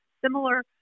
similar